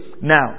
now